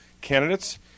candidates